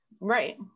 right